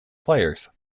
players